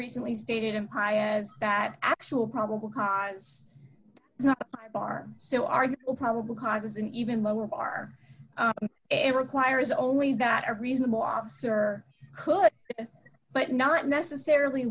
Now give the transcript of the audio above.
recently stated a high as that actual probable cause bar so are probable causes an even lower bar it requires only that a reasonable officer could but not necessarily